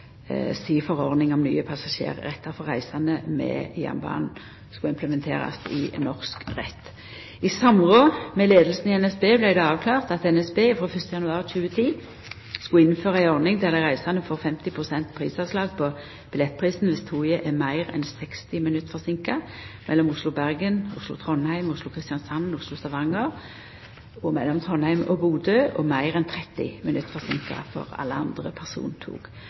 si forordning om nye passasjerrettar for reisande med jernbanen skulle implementerast i norsk rett. I samråd med leiinga i NSB vart det avklart at NSB frå 1. februar 2010 skulle innføra ei ordning der dei reisande får 50 pst. prisavslag på billettprisen dersom toget er meir enn 60 minutt forseinka mellom Oslo og Bergen, Oslo og Trondheim, Oslo og Kristiansand, Oslo og Stavanger og mellom Trondheim og Bodø, og meir enn 30 minutt forseinka når det gjeld alle andre persontog.